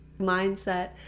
mindset